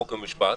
חוק ומשפט,